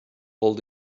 hold